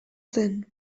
zen